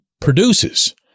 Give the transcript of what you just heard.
produces